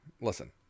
listen